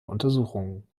untersuchungen